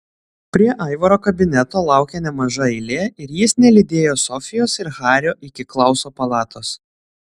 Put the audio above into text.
prie aivaro kabineto laukė nemaža eilė ir jis nelydėjo sofijos ir hario iki klauso palatos